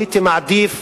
הייתי מעדיף